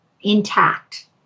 intact